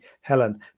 Helen